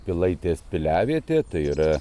pilaitės piliavietė tai yra